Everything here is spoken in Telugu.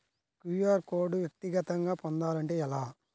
క్యూ.అర్ కోడ్ వ్యక్తిగతంగా పొందాలంటే ఎలా?